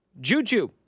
Juju